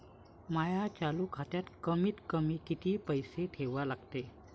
माया चालू खात्यात कमीत कमी किती पैसे ठेवा लागते?